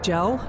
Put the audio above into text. Joe